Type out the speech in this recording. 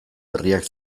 herriak